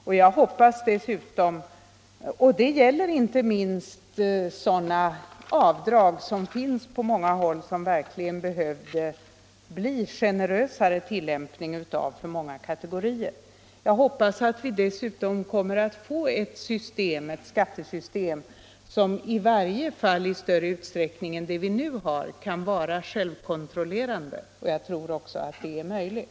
Dessutom hoppas jag — och det gäller inte minst sådana avdrag som finns på många håll och där det verkligen skulle behöva bli en generösare tillämpning för en hel del kategorier — att vi dessutom kommer att få ett skattesystem som i varje fall i större utsträckning än det vi nu har kan vara självkontrollerande. Jag tror också att det är möjligt.